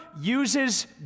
uses